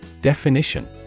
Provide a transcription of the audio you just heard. Definition